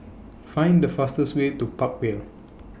Find The fastest Way to Park Vale